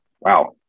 Wow